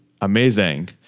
Amazing